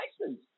license